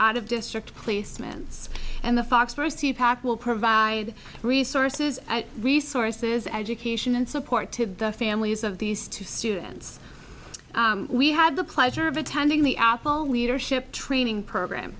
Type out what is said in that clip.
out of district placements and the fox mercy pact will provide resources resources education and support to the families of these two students we had the pleasure of attending the apple leadership training program